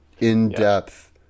in-depth